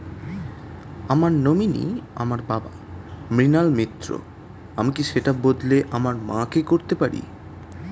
আমার নমিনি আমার বাবা, মৃণাল মিত্র, আমি কি সেটা বদলে আমার মা কে করতে পারি?